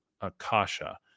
akasha